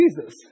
Jesus